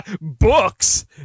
books